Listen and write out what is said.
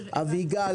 אביגל,